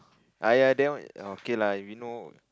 !aiya! that one okay lah we know